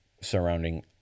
surrounding